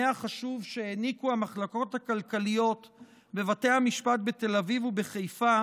החשוב שהעניקו המחלקות הכלכליות בבתי המשפט בתל אביב ובחיפה